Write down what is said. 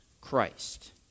Christ